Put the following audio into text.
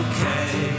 Okay